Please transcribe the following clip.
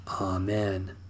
Amen